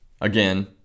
Again